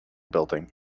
building